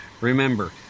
Remember